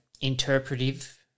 interpretive